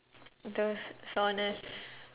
the soreness